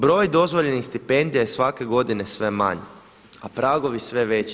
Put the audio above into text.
Broj dozvoljenih stipendija je svake godine sve manji, a pragovi sve veći.